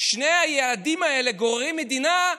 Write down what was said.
שני הילדים האלה גוררים מדינה.